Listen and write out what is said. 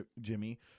Jimmy